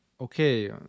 okay